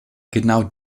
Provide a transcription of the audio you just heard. genau